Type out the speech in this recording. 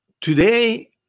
today